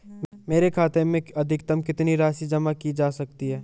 मेरे खाते में अधिकतम कितनी राशि जमा की जा सकती है?